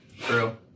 True